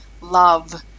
love